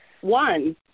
one